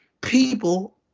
people